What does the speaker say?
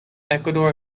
ecuador